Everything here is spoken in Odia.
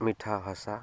ମିଠା ଭାଷା